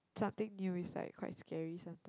something new is like quite scary sometimes